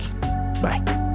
Bye